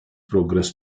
progress